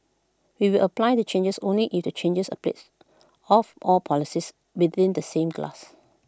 we will apply the changes only if the changes applies of all policies within the same class